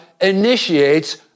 initiates